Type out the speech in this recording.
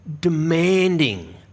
demanding